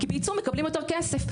כי בייצוא מקבלים יותר כסף.